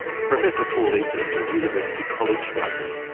professor paul ekins, of university college london.